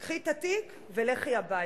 קחי את התיק ולכי הביתה.